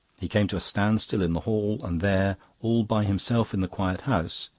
he came to a standstill in the hall, and there, all by himself in the quiet house,